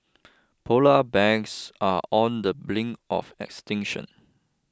Polar Bears are on the brink of extinction